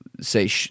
say